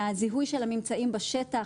מהזיהוי של הממצאים בשטח,